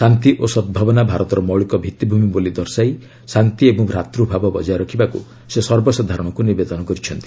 ଶାନ୍ତି ଓ ସଦ୍ଭାବନା ଭାରତର ମୌଳିକ ଭିତ୍ତିଭୂମି ବୋଲି ଦର୍ଶାଇ ଶାନ୍ତି ଏବଂ ଭ୍ରାତୃଭାବ ବଜାୟ ରଖିବାକୁ ସେ ସର୍ବସାଧାରଣଙ୍କୁ ନିବେଦନ କରିଛନ୍ତି